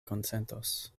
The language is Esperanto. konsentos